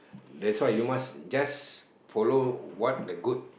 that's why you must just follow what the good